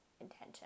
intention